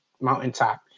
mountaintop